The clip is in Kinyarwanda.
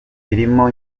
birimo